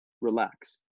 relax